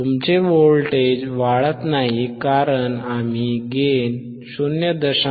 तुमचे व्होल्टेज वाढत नाही कारण आम्ही गेन 0